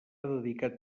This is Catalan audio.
dedicat